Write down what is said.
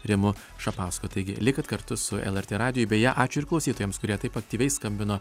rimu šapausku taigi likti kartu su lrt radiju beje ačiū ir klausytojams kurie taip aktyviai skambino